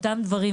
אותם דברים.